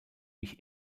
mich